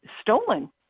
stolen